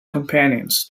companions